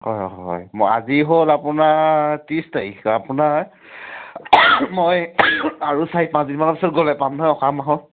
হয় হয় মই আজি হ'ল আপোনাৰ ত্ৰিছ তাৰিখ আপোনাৰ মই আৰু চাৰি পাঁচদিনমান পিছত গ'লে পাম নহয় অহামাহত